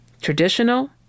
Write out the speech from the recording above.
traditional